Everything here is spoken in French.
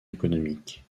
économiques